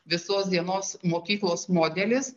visos dienos mokyklos modelis